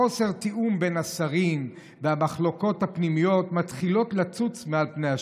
חוסר התיאום בין השרים והמחלוקות הפנימיות מתחילים לצוץ מעל פני השטח,